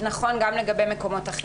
נכון גם לגבי מקומות אחרים.